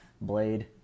blade